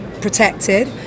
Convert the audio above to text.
protected